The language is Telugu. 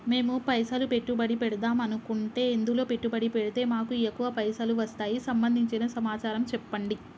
మేము పైసలు పెట్టుబడి పెడదాం అనుకుంటే ఎందులో పెట్టుబడి పెడితే మాకు ఎక్కువ పైసలు వస్తాయి సంబంధించిన సమాచారం చెప్పండి?